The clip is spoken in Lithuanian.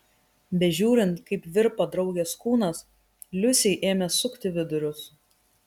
bežiūrint kaip virpa draugės kūnas liusei ėmė sukti vidurius